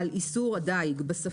בוקר טוב לכולם,